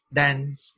dance